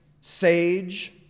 sage